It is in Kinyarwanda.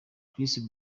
chris